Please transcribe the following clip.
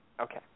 Okay